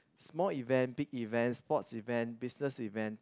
small event big event sports event business event